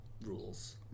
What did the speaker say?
rules